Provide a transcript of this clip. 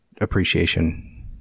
appreciation